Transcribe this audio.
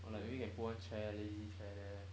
or like maybe can put one chair lazy chair there